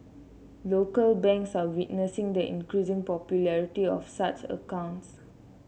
local banks are witnessing the increasing popularity of such accounts